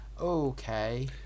Okay